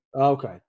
Okay